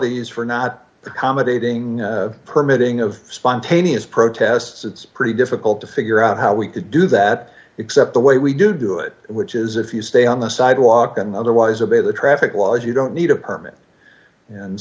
municipalities for not accommodating permitting of spontaneous protests it's pretty difficult to figure out how we could do that except the way we do do it which is if you stay on the sidewalk and otherwise obey the traffic laws you don't need a permit and